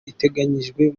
iteganyijwe